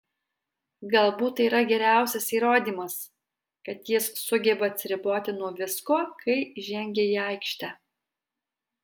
galbūt tai yra geriausias įrodymas kad jis sugeba atsiriboti nuo visko kai žengia į aikštę